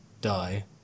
die